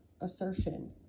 assertion